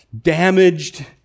damaged